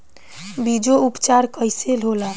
बीजो उपचार कईसे होला?